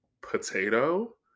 potato